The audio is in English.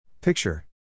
Picture